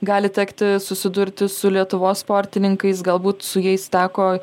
gali tekti susidurti su lietuvos sportininkais galbūt su jais teko